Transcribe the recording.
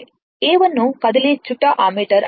A1 ను కదిలే చుట్ట ని కలిగిన అమ్మీటర్ అంటారు